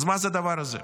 אז מה זה הדבר הזה?